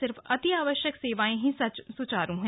सिर्फ अति आवश्यक सेवाएं ही स्चारू हैं